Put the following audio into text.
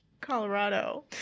Colorado